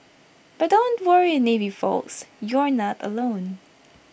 but don't worry navy folks you're not alone